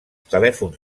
telèfons